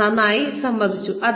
നന്നായി സമ്മതിച്ചു